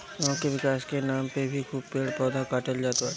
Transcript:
गांव के विकास के नाम पे भी खूब पेड़ पौधा काटल जात बाटे